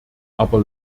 aber